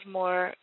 more